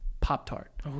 Pop-Tart